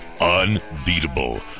unbeatable